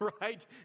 Right